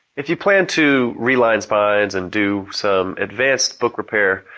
if you plan to reline spines and do some advanced book repair,